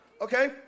Okay